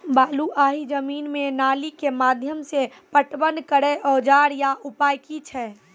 बलूआही जमीन मे नाली के माध्यम से पटवन करै औजार या उपाय की छै?